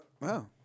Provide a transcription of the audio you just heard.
wow